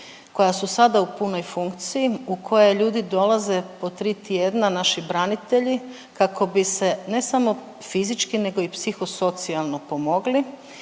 koja su sada u punoj funkciji u koje ljudi dolaze po tri tjedna naši branitelji kako bi se ne samo fizički, nego i psiho socijalno pomogli